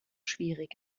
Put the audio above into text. schwierig